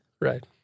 Right